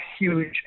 huge